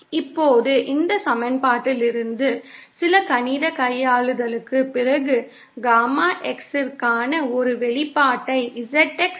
இப்போது இந்த சமன்பாட்டிலிருந்து சில கணித கையாளுதலுக்குப் பிறகு காமா Xயிற்கான ஒரு வெளிப்பாட்டை ZX அடிப்படையில் காணலாம்